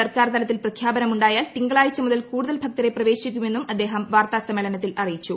സർക്കാർ തലത്തിൽ പ്രഖ്യാപനമുണ്ടായ്ക്കിൽ തിങ്കളാഴ്ച മുതൽ കൂടുതൽ ഭക്തരെ പ്രവേശിപ്പിക്കുമെന്നും അദ്ദേഹം വാർത്താ സമ്മേളനത്തിൽ അറ്റൂയിപ്പു